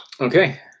Okay